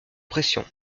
pression